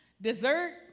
dessert